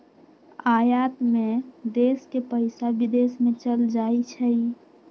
आयात में देश के पइसा विदेश में चल जाइ छइ